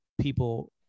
people